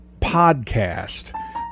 Podcast